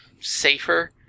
safer